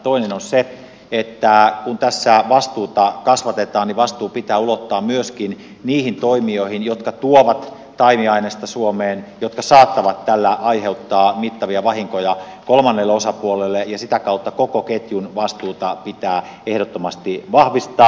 toinen on se että kun tässä vastuuta kasvatetaan vastuu pitää ulottaa myöskin niihin toimijoihin jotka tuovat taimiainesta suomeen jotka saattavat tällä aiheuttaa mittavia vahinkoja kolmannelle osapuolelle ja sitä kautta koko ketjun vastuuta pitää ehdottomasti vahvistaa